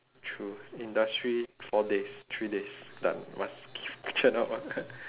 true industry four days three days done must give churn out one